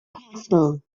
possible